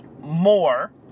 more